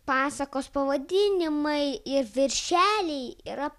pasakos pavadinimai ir viršeliai yra